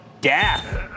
death